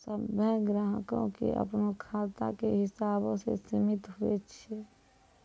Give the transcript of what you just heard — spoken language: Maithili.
सभ्भे ग्राहको के अपनो खाता के हिसाबो से सीमित हुवै छै